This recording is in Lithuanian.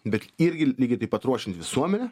bet irgi lygiai taip pat ruošiant visuomenę